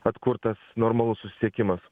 atkurtas normalus susisiekimas